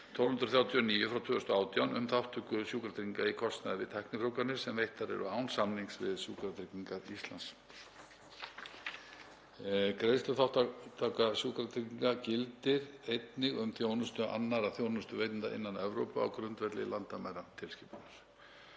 1239/2018, um þátttöku sjúkratrygginga í kostnaði við tæknifrjóvganir sem veittar eru án samnings við Sjúkratryggingar Íslands. Greiðsluþátttaka sjúkratrygginga gildir einnig um þjónustu annarra þjónustuveitenda innan Evrópu á grundvelli landamæratilskipunar.